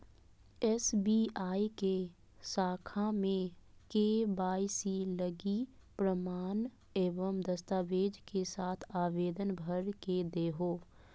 SBI के शाखा में के.वाई.सी लगी प्रमाण एवं दस्तावेज़ के साथ आवेदन भर के देहो